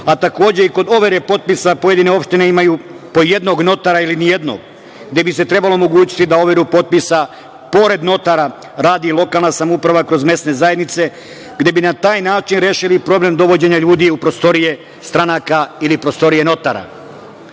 20.Takođe i kod overe potpisa pojedini opštine imaju po jednog notara ili nijednog gde bi se trebalo omogućiti da overu potpisa, pored notara, radi i lokalna samouprava kroz mesne zajednice, gde bi na taj način rešili problem dovođenja ljudi u prostorije stranaka ili prostorije notara. Dok